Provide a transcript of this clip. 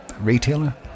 retailer